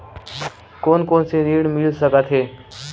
कोन कोन से ऋण मिल सकत हे?